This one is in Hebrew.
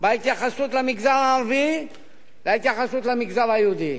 בין ההתייחסות למגזר הערבי להתייחסות למגזר היהודי.